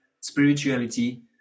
spirituality